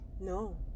No